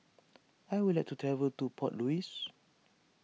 I would like to travel to Port Louis